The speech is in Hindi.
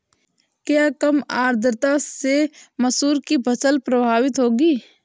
क्या कम आर्द्रता से मसूर की फसल प्रभावित होगी?